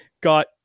got